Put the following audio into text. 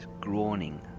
groaning